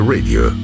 Radio